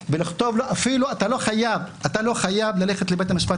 ולכתוב לו אתה אפילו לא חייב ללכת לבית המשפט